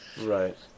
Right